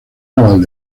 naval